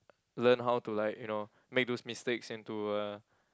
learn how to like you know make those mistakes into a